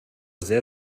sehr